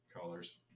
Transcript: colors